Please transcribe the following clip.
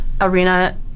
arena